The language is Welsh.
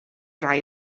rai